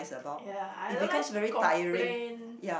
ya I don't like to complain